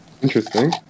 Interesting